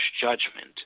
judgment